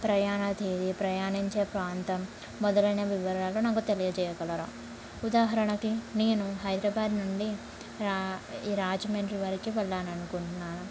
ప్రయాణ తేదీ ప్రయాణించే ప్రాంతం మొదలైన వివరాలు నాకు తెలియజేయగలరా ఉదాహరణకి నేను హైదరాబాద్ నుండి రా ఈ రాజమండ్రి వరకు వెళ్ళాలనుకుంటున్నాను